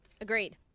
agreed